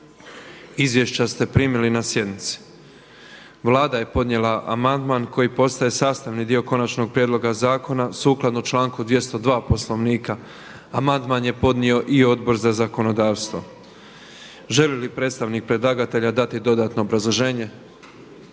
Izvješća ste primili na sjednici. Vlada je podnijela amandman koji postaje sastavni dio konačnog prijedloga zakona, sukladno članku 202. Poslovnika. Amandman je podnio i Odbor za zakonodavstvo. Želi li predstavnik predlagatelja dati dodatno obrazloženje.